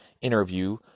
interview